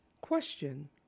Question